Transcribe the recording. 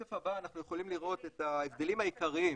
בשקף הבא אנחנו יכולים לראות את ההבדלים העיקריים